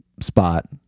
spot